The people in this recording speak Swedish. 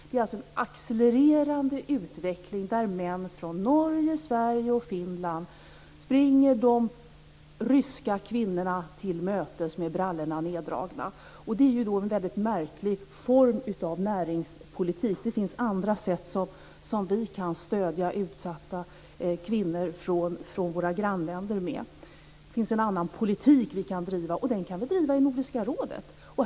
Det är en accelererande utveckling där män från Norge, Sverige och Finland springer de ryska kvinnorna till mötes med brallorna neddragna. Det är en väldigt märklig form av näringspolitik. Det finns andra sätt på vilka vi kan stödja utsatta kvinnor från våra grannländer. Det finns en annan politik som vi kan driva, och den kan vi driva i Nordiska rådet.